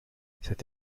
cette